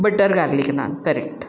butter garlic naan correct